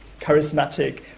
charismatic